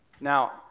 Now